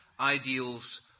ideals